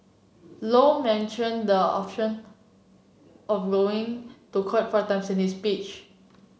low mentioned the option of going to court four times in speech